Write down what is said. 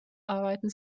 arbeiten